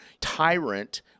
tyrant